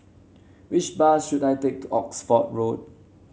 which bus should I take to Oxford Road